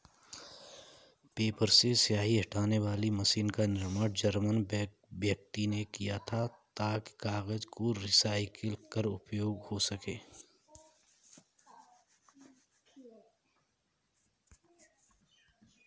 paper से स्याही हटाने वाली मशीन का निर्माण जर्मन व्यक्ति ने किया था ताकि कागज को रिसाईकल कर उपयोग हो सकें